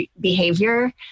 behavior